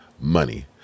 money